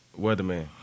Weatherman